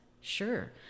Sure